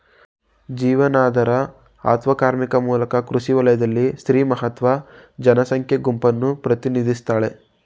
ಜೀವನಾಧಾರ ಅತ್ವ ಕಾರ್ಮಿಕರ ಮೂಲಕ ಕೃಷಿ ವಲಯದಲ್ಲಿ ಸ್ತ್ರೀ ಮಹತ್ವದ ಜನಸಂಖ್ಯಾ ಗುಂಪನ್ನು ಪ್ರತಿನಿಧಿಸ್ತಾಳೆ